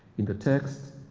and the texts,